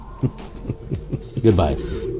goodbye